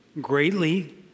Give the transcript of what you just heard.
greatly